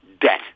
debt